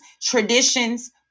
traditions